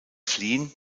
fliehen